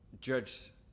judge